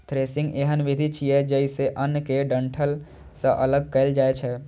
threshing एहन विधि छियै, जइसे अन्न कें डंठल सं अगल कैल जाए छै